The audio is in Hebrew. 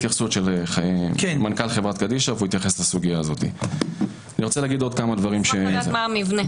גם אני פניתי לראש העיר